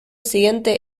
siguiente